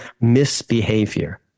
misbehavior